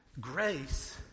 grace